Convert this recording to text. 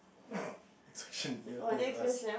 next question your turn to ask